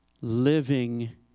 living